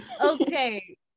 okay